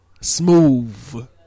Smooth